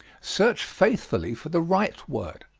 search faithfully for the right word